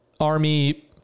army